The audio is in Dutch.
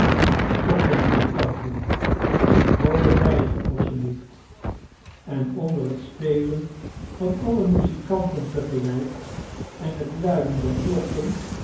tot de muzikanten een vroolijk wijsje alsjeblieft en onder het spelen van alle niuzikanten te gelijk eh het luiden der klokken